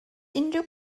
unrhyw